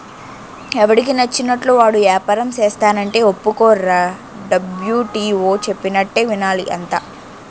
ఎవడికి నచ్చినట్లు వాడు ఏపారం సేస్తానంటే ఒప్పుకోర్రా డబ్ల్యు.టి.ఓ చెప్పినట్టే వినాలి అంతా